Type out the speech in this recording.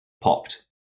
popped